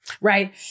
right